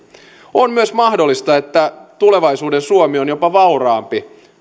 on myös mahdollista että tulevaisuuden suomi on jopa vauraampi